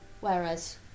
whereas